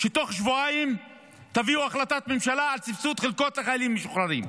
שתוך שבועיים תביאו החלטת ממשלה על סבסוד חלקות לחיילים משוחררים.